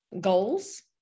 goals